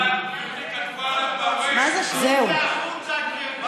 פעם שלישית זה החוצה, גברתי.